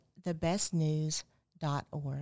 thebestnews.org